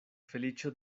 feliĉo